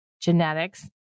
genetics